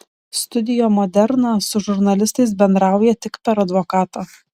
studio moderna su žurnalistais bendrauja tik per advokatą